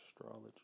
astrology